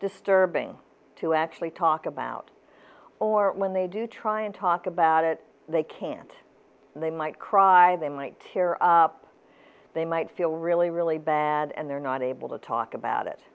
disturbing to actually talk about or when they do try and talk about it they can't and they might cry they might tear up they might feel really really bad and they're not able to talk about it